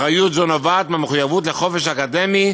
אחריות זו נובעת מהמחויבות לחופש אקדמי,